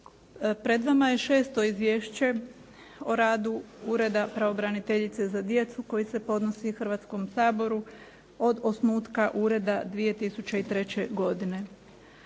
Pred vama je šesto Izvješće o radu Ureda pravobraniteljice za djecu koje se podnosi Hrvatskom saboru od osnutka ureda 2003. godine.